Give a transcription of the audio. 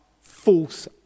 false